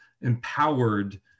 empowered